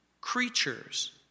creatures